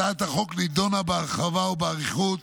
הצעת החוק נדונה בהרחבה ובאריכות